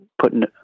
putting